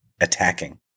attacking